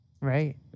Right